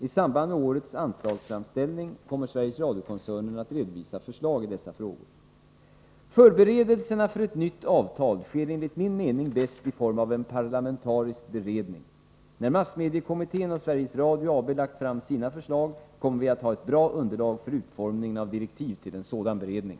I samband med årets anslagsframställning kommer Sveriges Radio-koncernen att redovisa förslag i dessa frågor. Förberedelserna för ett nytt avtal sker enligt min mening bäst i form av en parlamentarisk beredning. När massmediekommittén och Sveriges Radio AB lagt fram sina förslag kommer vi att ha ett bra underlag för utformningen av direktiv till en sådan beredning.